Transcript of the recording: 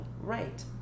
right